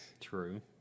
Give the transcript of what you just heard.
True